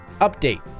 Update